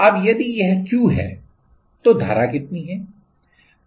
अब यदि यह Q है तो धारा कितनी है